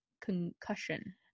Concussion